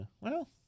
Well-